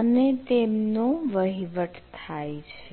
અને તેમનો વહીવટ થાય છે